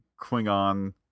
Klingon